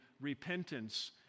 repentance